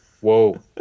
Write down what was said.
Whoa